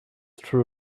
true